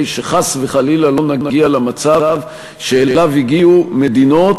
שחס וחלילה לא נגיע למצב שאליו הגיעו מדינות,